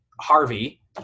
Harvey